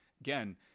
again